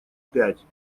пять